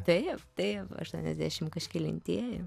taip taip aštuoniasdešim kažkelintieji